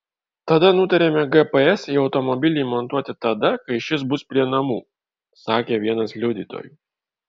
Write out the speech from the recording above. tada nutarėme gps į automobilį įmontuoti tada kai šis bus prie namų sakė vienas liudytojų